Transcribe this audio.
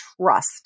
trust